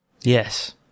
Yes